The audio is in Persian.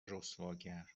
رسواگر